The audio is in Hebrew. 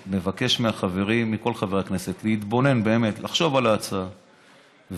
חבר כנסת שמכהן בכנסת אין לו בעיה עם זה,